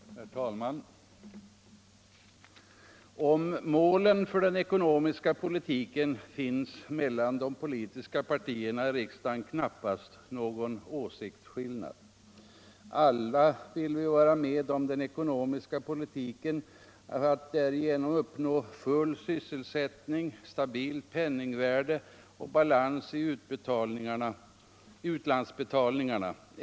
Herr talman! Om målen för den ekonomiska politiken finns det mellan de politiska partierna i riksdagen knappast någon åsiktsskillnad. Alla vill vi med den ekonomiska politiken uppnå full sysselsättning, stabilt penningvärde och balans i utlandsbetalningarna.